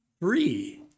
three